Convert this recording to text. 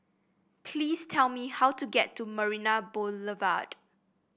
please tell me how to get to Marina Boulevard